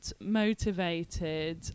motivated